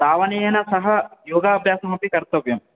धावनेन सह योगाभ्यासमपि कर्तव्यम्